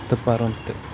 تہٕ پَرُن تہِ